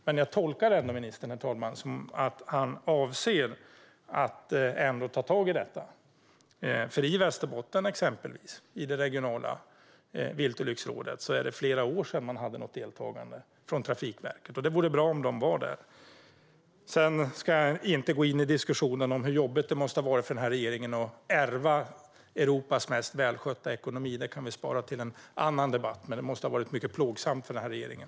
Men jag tolkar det ändå, herr talman, som att ministern avser att ta tag i detta. I Västerbottens regionala viltolycksråd är det flera år sedan man hade något deltagande från Trafikverket, och det vore bra om de var där. Jag ska inte gå in i diskussionen om hur jobbigt det måste ha varit för den här regeringen att ärva Europas mest välskötta ekonomi. Den kan vi spara till en annan debatt. Men det måste ha varit mycket plågsamt för regeringen.